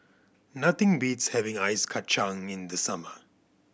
nothing beats having Ice Kachang in the summer